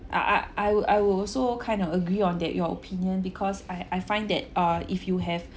uh I I would I would also kind of agree on that your opinion because I I find that uh if you have